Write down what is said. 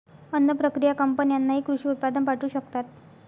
अन्न प्रक्रिया कंपन्यांनाही कृषी उत्पादन पाठवू शकतात